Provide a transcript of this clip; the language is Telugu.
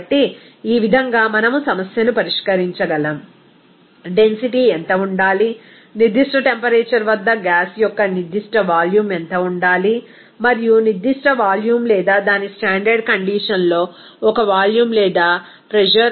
కాబట్టి ఈ విధంగా మనం సమస్యను పరిష్కరించగలము డెన్సిటీ ఎంత ఉండాలి నిర్దిష్ట టెంపరేచర్ వద్ద గ్యాస్ యొక్క నిర్దిష్ట వాల్యూమ్ ఎంత ఉండాలి మరియు నిర్దిష్ట వాల్యూమ్ లేదా దాని స్టాండర్డ్ కండిషన్ లో ఒక వాల్యూమ్ లేదా ప్రెజర్ ఆధారంగా ప్రెజర్